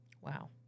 Wow